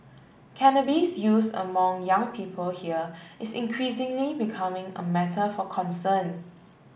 cannabis use among young people here is increasingly becoming a matter for concern